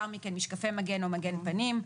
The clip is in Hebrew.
משקפי מגן או מגן פנים,